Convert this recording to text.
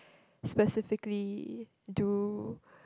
specifically do